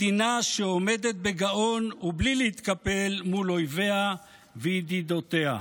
מדינה שעומדת בגאון ובלי להתקפל מול אויביה וידידותיה.